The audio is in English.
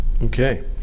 Okay